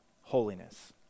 holiness